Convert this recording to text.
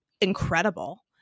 incredible